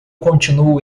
continuo